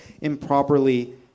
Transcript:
improperly